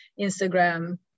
Instagram